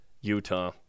Utah